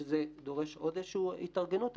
שזה דורש עוד איזושהי התארגנות.